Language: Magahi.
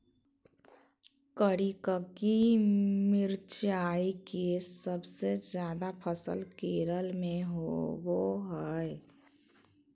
करिककी मिरचाई के सबसे ज्यादा फसल केरल में होबो हइ